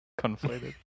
conflated